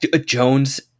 Jones